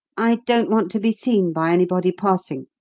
i don't want to be seen by anybody passing.